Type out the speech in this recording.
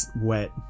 wet